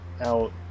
out